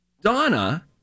Donna